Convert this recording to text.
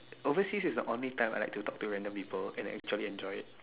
overseas is the only time I like to talk to random people and actually enjoy it